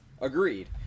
agreed